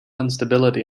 instability